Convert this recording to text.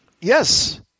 Yes